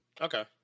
Okay